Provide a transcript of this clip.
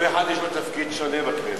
כל אחד, יש לו תפקיד שונה בכנסת.